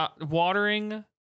Watering